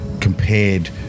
compared